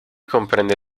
comprende